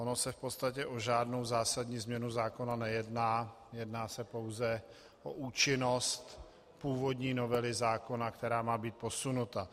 Ono se v podstatě o žádnou zásadní změnu zákona nejedná, jedná se pouze o účinnost původní novely zákona, která má být posunuta.